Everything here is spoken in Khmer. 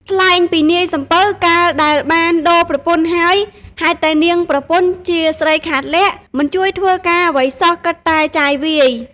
ថ្លែងពីនាយសំពៅ កាលដែលបានដូរប្រពន្ធហើយ ហេតុតែនាងប្រពន្ធជាស្រីខាតលក្ខណ៍ មិនជួយធ្វើការអ្វីសោះគិតតែចាយវាយ។